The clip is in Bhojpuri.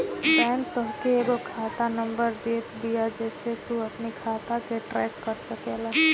बैंक तोहके एगो खाता नंबर देत बिया जेसे तू अपनी खाता के ट्रैक कर सकेला